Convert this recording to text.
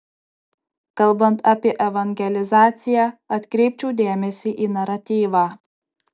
kalbant apie evangelizaciją atkreipčiau dėmesį į naratyvą